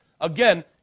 Again